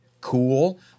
cool-